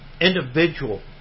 individual